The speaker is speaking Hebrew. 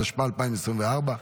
התשפ"ה 2024,